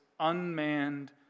unmanned